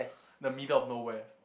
the middle of nowhere